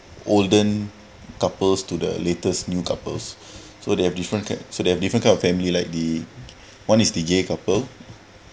older couples to the latest new couples so they have different kind so they have different kind of family like the one is the gay couple